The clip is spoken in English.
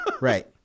right